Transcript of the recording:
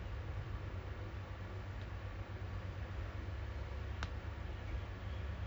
those a bit complicated like I feel I feel dalgona is a bit complicated I prefer to be just buy it